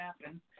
happen